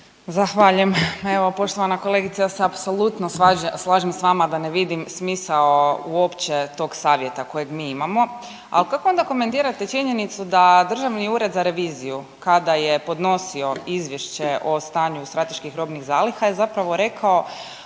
ZZahvaljujem. Ma evo poštovana kolegice ja se apsolutno slažem s vama da ne vidim smisao uopće tog savjeta kojeg mi imamo, ali kako onda komentirate činjenicu da Državni ured za reviziju kada je podnosio izvješće o stanju strateških robnih zaliha je zapravo rekao